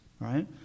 right